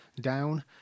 Down